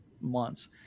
months